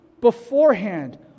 beforehand